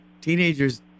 teenagers